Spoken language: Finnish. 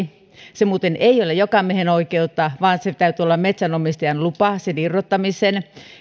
se muuten ei ole jokamiehenoikeutta vaan täytyy olla metsänomistajan lupa sen irrottamiseen